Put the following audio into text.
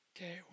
Okay